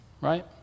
right